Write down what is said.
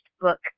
book